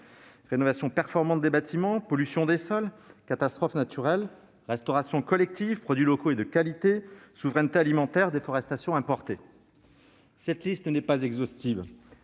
rénovation performante des bâtiments, pollution des sols, catastrophes naturelles, restauration collective, produits locaux et de qualité, souveraineté alimentaire, déforestation importée ... Cette liste n'est pas exhaustive.